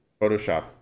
Photoshop